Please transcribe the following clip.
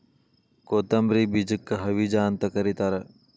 ಕೊತ್ತಂಬ್ರಿ ಬೇಜಕ್ಕ ಹವಿಜಾ ಅಂತ ಕರಿತಾರ